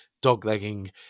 dog-legging